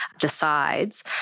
decides